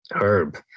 Herb